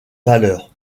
valeur